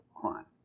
crime